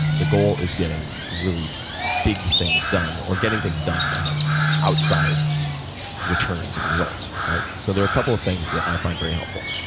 the goal is getting really big things done, or getting things done that have outsized returns and results. so there are a couple of things that i find very helpful.